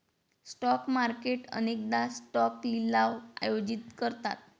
stock market अनेकदा stock लिलाव आयोजित करतात